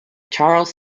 charles